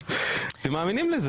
אתם מאמינים לזה?